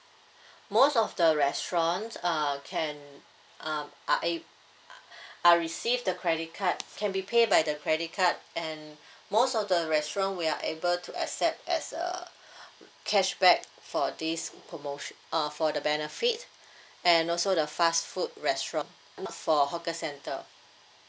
most of the restaurants uh can um are ab~ are receive the credit card can be pay by the credit card and most of the restaurant we are able to accept as a cashback for this promotion uh for the benefit and also the fast food restaurant not for hawker centre